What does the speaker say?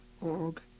org